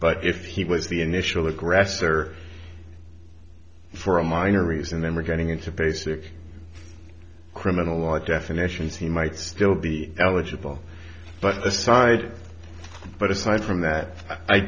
but if he was the initial aggressor for a minor reason then we're getting into basic criminal law definitions he might still be eligible but aside but aside from that i